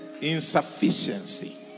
insufficiency